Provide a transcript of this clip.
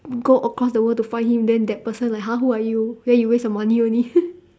go across the world to find him then that person like !huh! who are you then you waste your money only